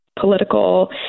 political